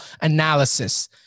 analysis